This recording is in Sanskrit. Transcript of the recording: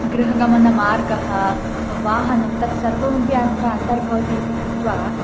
गृहगमनमार्गः वाहनं तत्सर्वमपि अत्र अन्तर्भवति इति कृत्वा